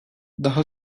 daha